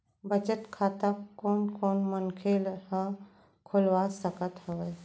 बचत खाता कोन कोन मनखे ह खोलवा सकत हवे?